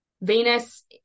Venus